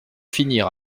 finir